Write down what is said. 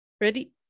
ready